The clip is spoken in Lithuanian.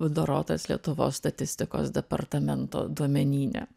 apdorotas lietuvos statistikos departamento duomenyne